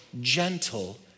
gentle